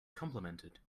complimented